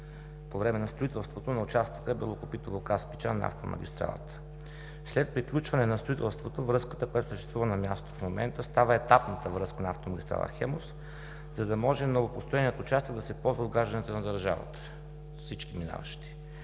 по време на строителството на участъка Белокопитово – Каспичан, на автомагистралата. След приключване на строителството връзката, която съществува на мястото в момента, става етапната връзка на автомагистрала „Хемус“, за да може новопостроеният участък да се ползва от гражданите на държавата, от всички минаващи.